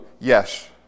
yes